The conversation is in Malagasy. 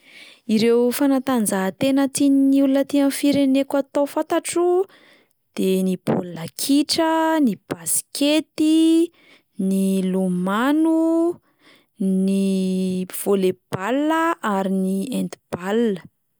Ireo fanatanjahantena tian'ny olona aty amin'ny fireneko atao fantatro de ny baolina kitra, ny baskety, ny lomano, ny volley-ball a ary ny handball.